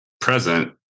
present